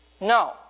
No